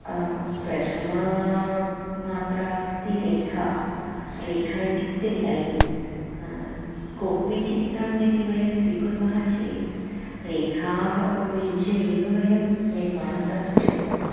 प्रथम मात्रा अस्ति रेखा रेखा इत्युक्ते लैन् कोपि चित्रं यदि वयं स्वीकुर्मः चेत् रेखाः उपयुज्य एव वयं निर्माणं कर्तुं शक्नुमः